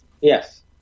Yes